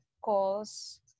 calls